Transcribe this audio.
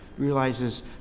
realizes